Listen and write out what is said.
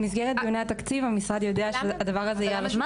במסגרת דיוני התקציב המשרד יודע שהדבר הזה יהיה על השולחן.